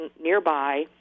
nearby